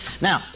Now